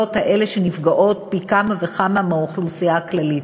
האלה שנפגעות פי כמה וכמה מהאוכלוסייה הכללית.